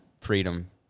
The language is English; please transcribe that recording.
freedom